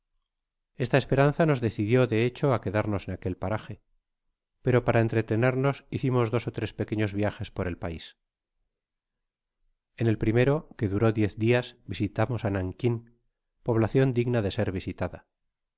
esta esperanza nos decidio de hecho á quedarnos en aquel paraje pero para entretenernos hicimos dos ó tres pequeños viajes por el pais en el primero que duró diez dias visitamos á nankin poblacion digna de ser visitada